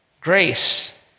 Grace